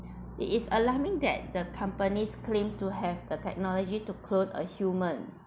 it is alarming that the companies claim to have the technology to clone a human